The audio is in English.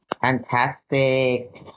Fantastic